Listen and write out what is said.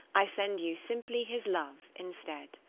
i send you simply his love instead.